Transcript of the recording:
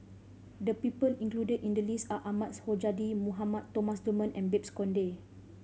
the people included in the list are Ahmad Sonhadji Mohamad Thomas Dunman and Babes Conde